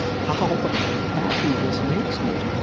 how happy this makes me.